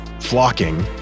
flocking